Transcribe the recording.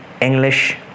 English